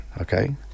okay